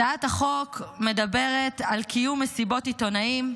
הצעת החוק מדברת על קיום מסיבות עיתונאים,